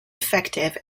effective